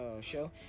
show